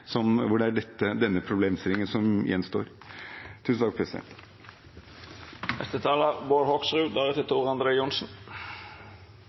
hvor det er denne problemstillingen som gjenstår.